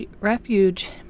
refuge